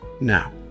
Now